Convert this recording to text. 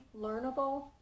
learnable